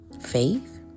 faith